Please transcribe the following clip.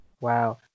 Wow